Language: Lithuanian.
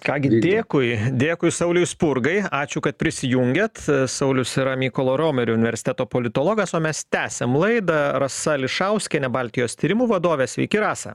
ką gi dėkui dėkui sauliui spurgai ačiū kad prisijungėt saulius yra mykolo romerio universiteto politologas o mes tęsiam laidą rasa ališauskienė baltijos tyrimų vadovė sveiki rasa